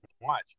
watch